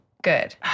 Good